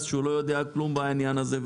שלא יודע כלום בעניין הזה,